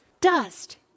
Dust